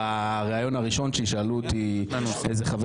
בראיון הראשון שלי שאלו אותי איזה חבר